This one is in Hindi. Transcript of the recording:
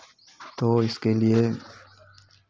तो इसके लिए